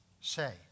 say